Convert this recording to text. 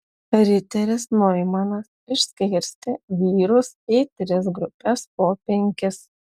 riteris noimanas išskirstė vyrus į tris grupes po penkis